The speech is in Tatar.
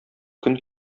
көн